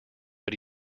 but